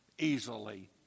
easily